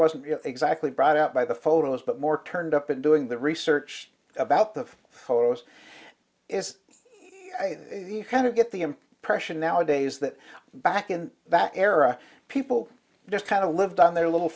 wasn't exactly brought out by the photos but more turned up and doing the research about the photos is kind of get the impression now adays that back in that era people just kind of lived on their little